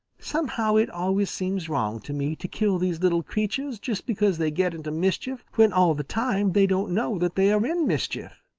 somehow it always seems wrong to me to kill these little creatures just because they get into mischief when all the time they don't know that they are in mischief.